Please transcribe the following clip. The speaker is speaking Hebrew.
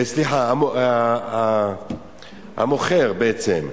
סליחה, המוכר בעצם קיבל,